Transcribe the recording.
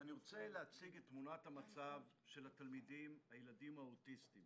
אני רוצה להציג את תמונת המצב של התלמידים הילדים האוטיסטיים